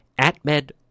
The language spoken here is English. AtMed